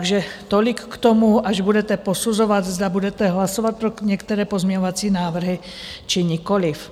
Takže tolik k tomu, až budete posuzovat, zda budete hlasovat pro některé pozměňovací návrhy, či nikoliv.